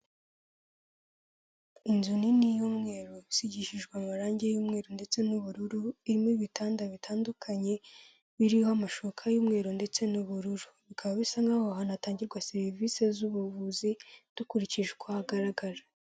Inzu nini y'umweru isigishijwe amarangi y'umweru ndetse n'ubururu irimo ibitanda bitandukanye biriho amashuka y'umweru ndetse n'ubururu bikaba bisa nkaho aho hantu hatangirwa serivisi z'ubuvuzi dukurikije uko hagaragara.